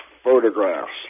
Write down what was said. photographs